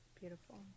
Beautiful